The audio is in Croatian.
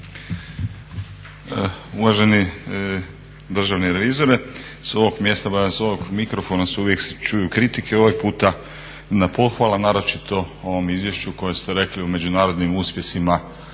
Uvaženi državni revizore. Sa ovog mjesta, barem sa ovog mikrofona se uvijek čuju kritike, ovaj puta pohvala, naročito ovom izvješću o kojem ste rekli o međunarodnim uspjesima